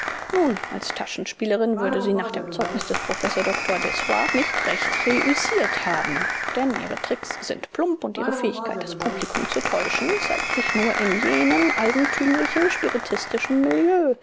nun als taschenspielerin würde sie nach dem zeugnis des prof dr dessoir nicht recht reüssiert haben denn ihre triks sind plump und ihre fähigkeit das publikum zu täuschen zeigt sich nur in jenem eigentümlichen spiritistischen milieu